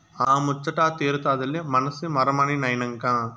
ఆ ముచ్చటా తీరతాదిలే మనసి మరమనినైనంక